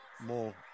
more